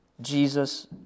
Jesus